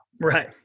Right